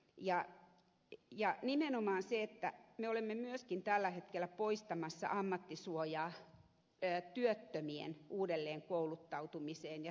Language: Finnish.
nimenomaan on muistettava se että me olemme myöskin tällä hetkellä poistamassa ammattisuojaa työttömien uudelleenkouluttautumiseen ja työllisyyskoulutukseen